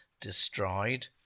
destroyed